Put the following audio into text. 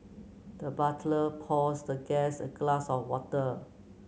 the butler pours the guest a glass of water